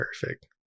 perfect